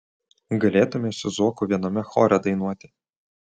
galėtumei su zuoku viename chore dainuoti